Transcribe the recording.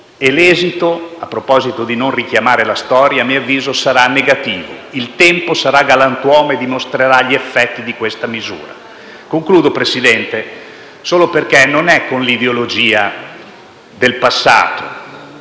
e l'esito (a proposito del non richiamare la storia) a mio avviso sarà negativo. Il tempo sarà galantuomo e dimostrerà gli effetti di questa misura. Signor Presidente, non è con l'ideologia del passato